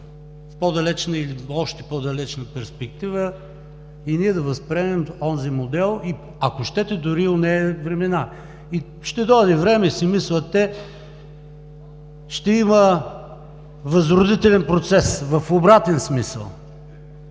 в по-далечна и още по-далечна перспектива, и ние да възприемем онзи модел, ако щете дори и онези времена. Ще дойде време, си мислят те, ще има възродителен процес в обратен смисъл,